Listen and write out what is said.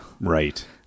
Right